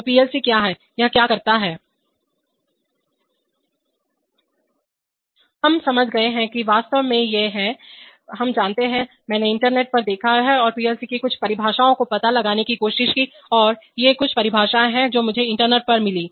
तो पीएलसी क्या है यह क्या करता ह हम समझ गए हैं कि यह वास्तव में है आप जानते हैं मैंने इंटरनेट पर देखा और पीएलसी की कुछ परिभाषाओं का पता लगाने की कोशिश की और ये कुछ परिभाषाएं हैं जो मुझे इंटरनेट पर मिलीं